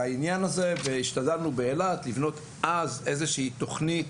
השתדלנו לבנות באילת איזו שהיא תכנית